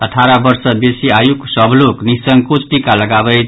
अठारह वर्ष सँ बेसी आयुक सभ लोक नि संकोच टीका लगाबैथि